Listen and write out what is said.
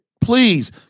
Please